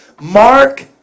Mark